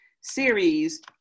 series